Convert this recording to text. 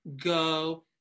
go